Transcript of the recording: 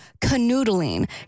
canoodling